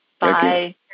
Bye